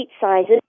sizes